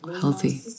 healthy